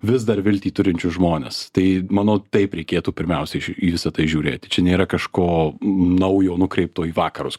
vis dar viltį turinčius žmones tai manau taip reikėtų pirmiausiai į visa tai žiūrėti čia nėra kažko naujo nukreipto į vakarus